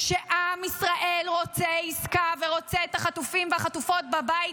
שעם ישראל רוצה עסקה ורוצה את החטופים והחטופות בבית,